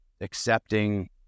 accepting